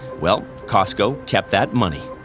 well, costco kept that money.